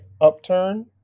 upturn